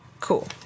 Cool